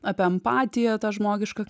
apie empatiją tą žmogišką